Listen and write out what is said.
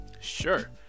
sure